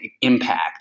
impact